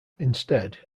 instead